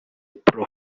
pro